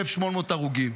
1,800 הרוגים,